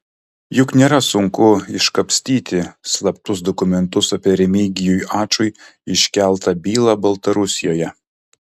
juk nėra sunku iškapstyti slaptus dokumentus apie remigijui ačui iškeltą bylą baltarusijoje